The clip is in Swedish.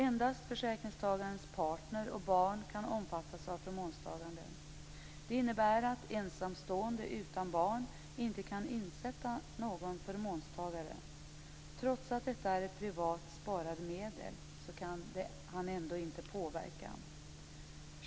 Endast försäkringstagarens partner och barn kan omfattas av förmånstagandet. Det innebär att ensamstående utan barn inte kan insätta någon förmånstagare. Trots att det är privat sparade medel kan man ändå inte påverka.